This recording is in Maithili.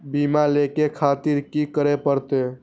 बीमा लेके खातिर की करें परतें?